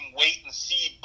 wait-and-see